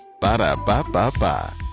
Ba-da-ba-ba-ba